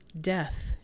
death